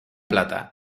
plata